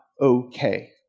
okay